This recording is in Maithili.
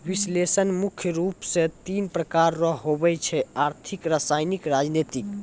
विश्लेषण मुख्य रूप से तीन प्रकार रो हुवै छै आर्थिक रसायनिक राजनीतिक